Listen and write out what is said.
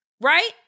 right